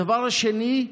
הדבר השני,